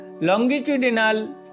longitudinal